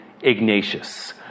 Ignatius